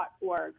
org